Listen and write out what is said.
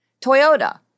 Toyota